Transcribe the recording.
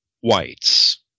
whites